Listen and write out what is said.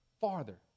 farther